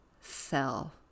sell